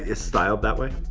ah styled that way,